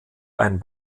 ein